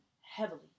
heavily